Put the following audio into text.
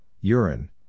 urine